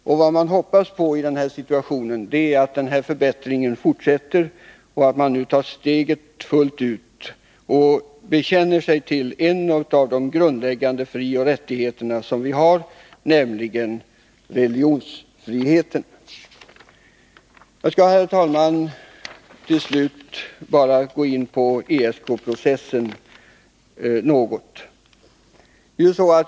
Det man hoppas på i den här situationen är att denna förbättring fortsätter, och att man tar steget fullt ut och bekänner sig till en av våra grundläggande frioch rättigheter, nämligen religionsfriheten. Jag skall, herr talman, gå in bara något på ESK-processen.